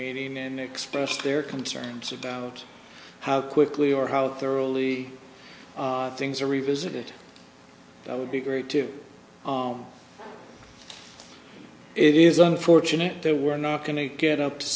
meeting and express their concerns about how quickly or how thoroughly things are revisited that would be agreed to it is unfortunate that we're not going to get up to